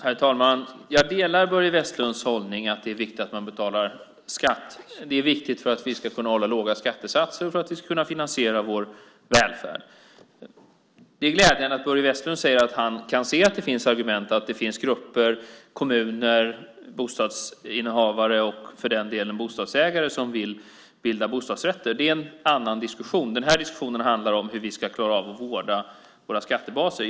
Herr talman! Jag delar Börje Vestlunds hållning att det är viktigt att man betalar skatt. Det är viktigt för att vi ska kunna hålla låga skattesatser och för att vi ska kunna finansiera vår välfärd. Det är glädjande att Börje Vestlund säger att han kan se att det finns argument för grupper, kommuner, bostadsinnehavare och bostadsägare som vill bilda bostadsrätter. Men det är en annan diskussion. Den här diskussionen handlar om hur vi ska vårda våra skattebaser.